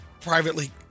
privately